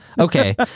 Okay